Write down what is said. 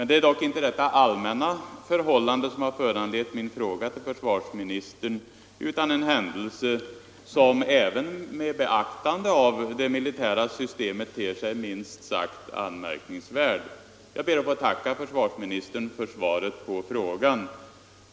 Det är dock inte detta allmänna förhållande som föranlett min fråga till försvarsministern, utan en händelse som även med beaktande av det militära systemet ter sig minst sagt anmärkningsvärd. Jag ber att få tacka försvarsministern för svaret på frågan.